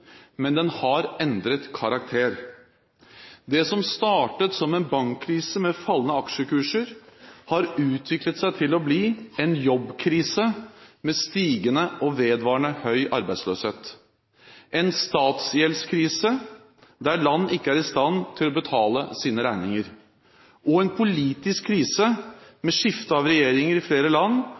Men den har endret karakter. Det som startet som en bankkrise med fallende aksjekurser, har utviklet seg til å bli en jobbkrise, med stigende og vedvarende høy arbeidsløshet en statsgjeldskrise, der land ikke er i stand til å betale sine regninger en politisk krise, med skifte av regjeringer i flere land